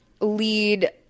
lead